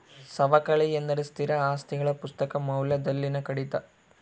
ಸವಕಳಿ ಎಂದರೆ ಸ್ಥಿರ ಆಸ್ತಿಗಳ ಪುಸ್ತಕ ಮೌಲ್ಯದಲ್ಲಿನ ಕಡಿತ